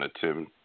Tim